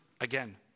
again